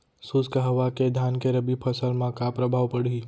शुष्क हवा के धान के रबि फसल मा का प्रभाव पड़ही?